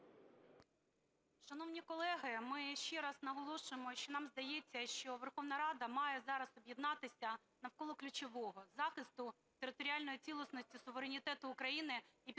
Шановні колеги, ми ще раз наголошуємо, що нам здається, що Верховна Рада має зараз об'єднатися навколо ключового – захисту територіальної цілісності, суверенітету України і підтримки української